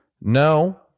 no